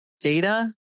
data